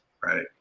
Right